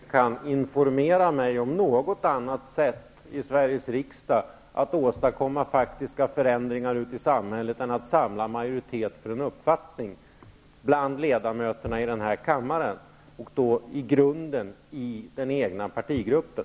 Herr talman! Då kanske Richard Ulfvengren kan informera mig om något annat sätt i Sveriges riksdag att åstadkomma faktiska förändringar ute i samhället än att samla majoritet för en uppfattning bland ledamöterna i denna kammare, och då i grunden i den egna partigruppen.